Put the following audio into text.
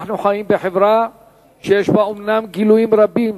אנחנו חיים בחברה שיש בה אומנם גילויים רבים